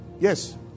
Yes